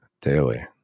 daily